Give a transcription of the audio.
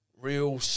Real